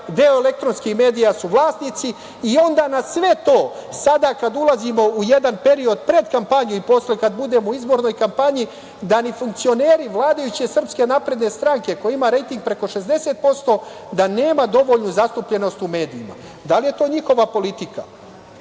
deo elektronskih medija su vlasnici i onda na sve to, sada kada ulazimo u jedan period pred kampanju i posle kad budemo u izbornoj kampanji, da ni funkcioneri vladajuće SNS, koja ima rejting preko 60%, da nema dovoljnu zastupljenost u medijima. Da li je to njihova politika?